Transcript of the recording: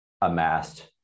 amassed